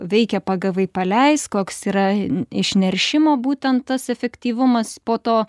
veikia pagavai paleisk koks yra išneršimo būtent tas efektyvumas po to